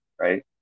Right